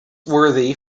worthy